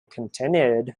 continued